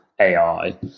AI